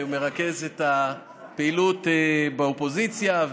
שמרכז את הפעילות באופוזיציה,